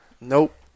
Nope